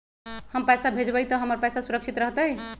हम पैसा भेजबई तो हमर पैसा सुरक्षित रहतई?